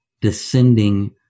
descending